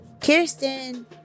Kirsten